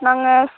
நாங்கள்